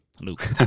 Luke